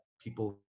people